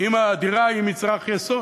אם הדירה היא מצרך יסוד.